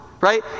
right